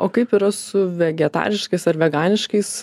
o kaip yra su vegetariškais ar veganiškais